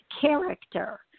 character